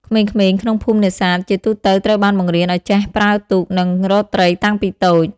ក្មេងៗក្នុងភូមិនេសាទជាទូទៅត្រូវបានបង្រៀនឱ្យចេះ ប្រើទូក និងរកត្រីតាំងពីតូច។